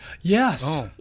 Yes